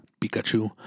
Pikachu